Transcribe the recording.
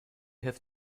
have